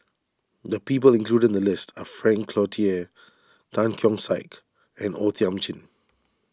the people included in the list are Frank Cloutier Tan Keong Saik and O Thiam Chin